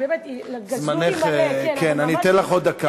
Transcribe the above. אזרחי ישראל קיבלו שר אוצר אמיץ,